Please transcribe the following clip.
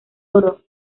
oro